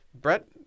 Brett